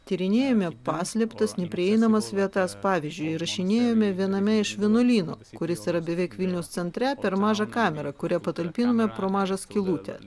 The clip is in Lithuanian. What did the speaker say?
tyrinėjome paslėptas neprieinamas vietas pavyzdžiui įrašinėjome viename iš vienuolynų kuris yra beveik vilniaus centre per mažą kamerą kurią patalpinome pro mažą skylutę